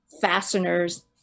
fasteners